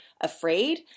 afraid